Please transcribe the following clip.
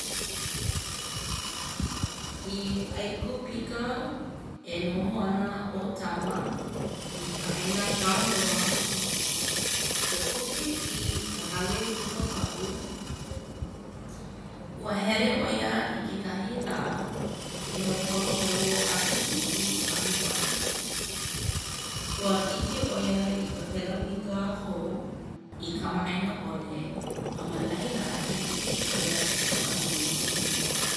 I ʻAikupika e noho ana ʻo Tama i ka ʻāina panoa kokoke i ka hale kupapaʻu. Ua hele ʻo ia i kekahi lā e holoholo a ʻimi i kahi wahine. Ua ʻike ʻo ia i ka pelamika hou i kamaʻaina ʻole a ma laila i ʻike ʻo ia i ka wahine uʻi loa.